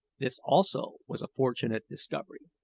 this also was a fortunate discovery.